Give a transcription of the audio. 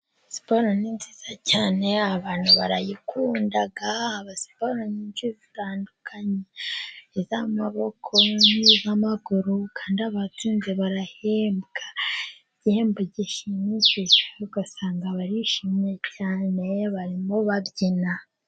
Siporo ni nziza cyane abantu barayikunda. Haba siporo nyinshi zitandukanye. Iz'amaboko, iz'amaguru kandi abatsinze barahembwa. Igihembo gishimishije ugasanga barishimye cyane barimo babyina.